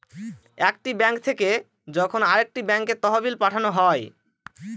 একটি ব্যাঙ্ক থেকে যখন আরেকটি ব্যাঙ্কে তহবিল পাঠানো হয়